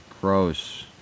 gross